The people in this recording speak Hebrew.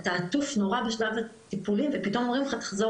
אתה עטוף נורא בשלב הטיפולים ופתאום אומרים לך תחזור